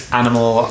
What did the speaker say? animal